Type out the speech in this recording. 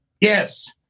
Yes